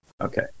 Okay